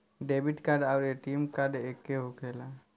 Debit card आउर ATM card एके होखेला?